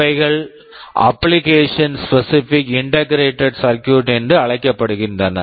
இவைகள் application application specific specific integrated circuit integrated circuit என்று அழைக்கப்படுகின்றன